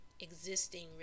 existing